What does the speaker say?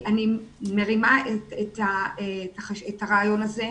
אני מרימה את הרעיון הזה.